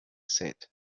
said